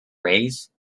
raise